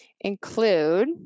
include